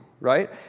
right